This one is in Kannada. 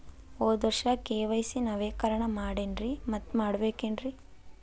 ಹೋದ ವರ್ಷ ಕೆ.ವೈ.ಸಿ ನವೇಕರಣ ಮಾಡೇನ್ರಿ ಮತ್ತ ಮಾಡ್ಬೇಕೇನ್ರಿ?